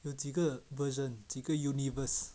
有几个 version 几个 universe